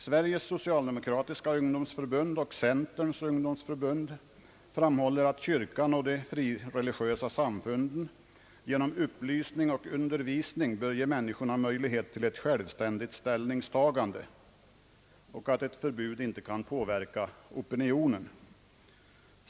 Sveriges socialdemokratiska ungdomsförbund och Centerns ungdomsförbund framhåller att kyrkan och de frireligiösa samfunden genom upplysning och undervisning bör ge människorna möjligheter till ett självständigt ställningstagande och att ett fortsatt förbud inte kan påverka opinionen.